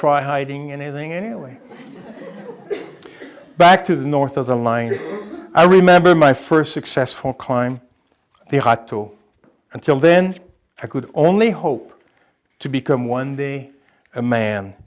try hiding anything in your way back to the north of the line i remember my first successful climb the hot tool until then i could only hope to become one the a man